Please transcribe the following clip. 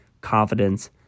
confidence